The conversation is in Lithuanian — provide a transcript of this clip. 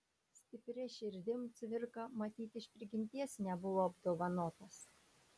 stipria širdim cvirka matyt iš prigimties nebuvo apdovanotas